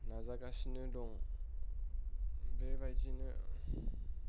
नाजागासिनो दं बे बायदिनो